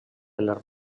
les